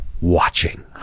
watching